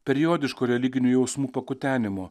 periodišku religinių jausmų pakutenimu